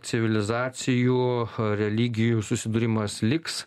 civilizacijų religijų susidūrimas liks